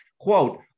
Quote